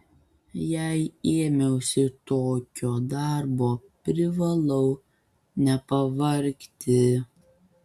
jei ėmiausi tokio darbo privalau nepavargti